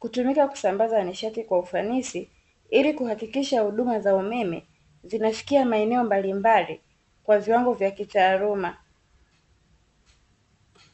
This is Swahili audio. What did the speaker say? Hutumika kusambaza nishati kwa ufanisi ili kuhakikisha huduma za umeme zinafikia maeneo mbalimbali kwa viwango vya kitaaluma.